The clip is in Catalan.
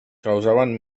causaven